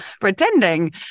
pretending